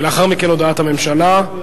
לאחר מכן הודעת הממשלה.